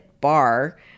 bar